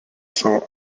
savo